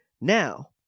Now